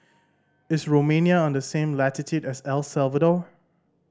is Romania on the same latitude as El Salvador